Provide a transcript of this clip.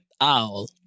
OWL